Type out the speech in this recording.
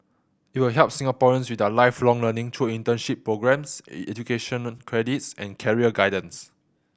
it will help Singaporeans with their Lifelong Learning through internship programmes education credits and career guidance